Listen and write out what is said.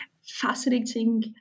fascinating